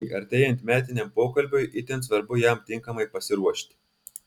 taigi artėjant metiniam pokalbiui itin svarbu jam tinkamai pasiruošti